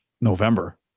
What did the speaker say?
November